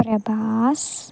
Prabhas